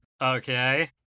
okay